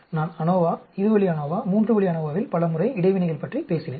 நான் ANOVA இரு வழி ANOVA மூன்று வழி ANOVA இல் பல முறை இடைவினைகள் பற்றி பேசினேன்